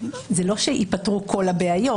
זה לא שייפתרו כל הבעיות,